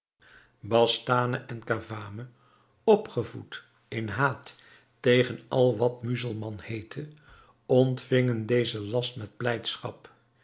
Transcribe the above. bastane en cavame opgevoed in haat tegen al wat muzelman heette ontvingen dezen last met blijdschap